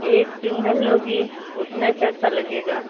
एक सिंगल लोगी उतने पैसा लगेगा